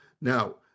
Now